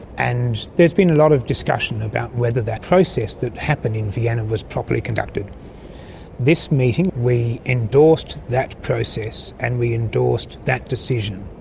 and there has been a lot of discussion about whether that process that happened in vienna was properly conducted. at this meeting, we endorsed that process and we endorsed that decision.